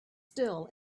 still